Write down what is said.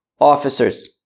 officers